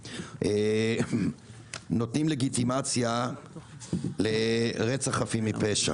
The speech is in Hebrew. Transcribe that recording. נותנים לגיטימציה לרצח חפים מפשע.